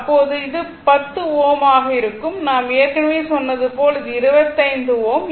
அப்போது அது 10 Ω ஆக இருக்கும் நாம் ஏற்கனவே சொன்னது போல அது 25 Ω